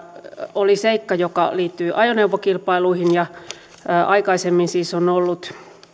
oli seikka joka liittyi ajoneuvokilpailuihin aikaisemmin siis on ollut